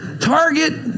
Target